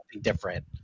different